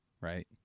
right